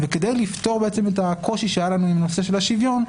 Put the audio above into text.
וכדי לפתור את הקושי שהיה לנו עם הנושא של השוויון,